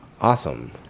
Awesome